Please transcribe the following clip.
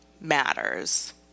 matters